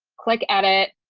click edit.